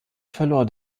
verlor